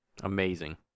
Amazing